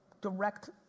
direct